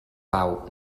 pau